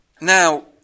Now